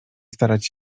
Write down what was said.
starać